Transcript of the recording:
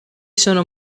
sono